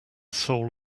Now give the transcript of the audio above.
soul